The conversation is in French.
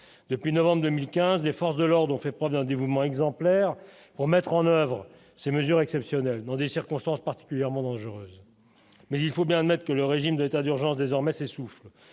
depuis novembre 2015 des forces de l'ordre ont fait preuve d'un dévouement exemplaire pour mettre en oeuvre ces mesures exceptionnelles dans des circonstances particulièrement dangereuse, mais il faut bien admettre que le régime d'état d'urgence désormais ces sous